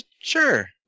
sure